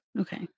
Okay